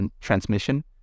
transmission